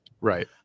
right